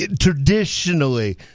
traditionally